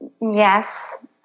yes